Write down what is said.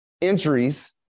entries